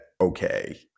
okay